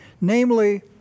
namely